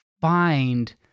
find